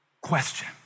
Question